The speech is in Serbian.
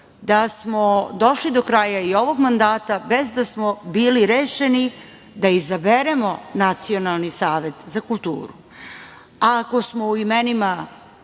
da smo došli do kraja i ovog mandata bez da smo bili rešeni da izaberemo Nacionalni savet za kulturu, a ako smo u imenima